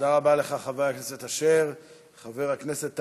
תודה רבה לך, חבר הכנסת אשר.